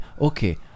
okay